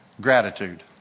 gratitude